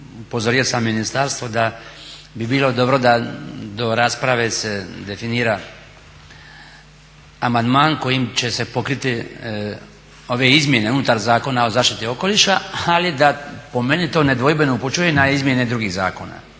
upozorio sam ministarstvo da bi bilo dobro da do rasprave se definira amandman kojim će se pokriti ove izmjene unutar Zakona o zaštiti okoliša, ali da po meni to nedvojbeno upućuje na izmjene i drugih zakona